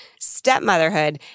stepmotherhood